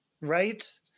Right